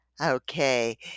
okay